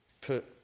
put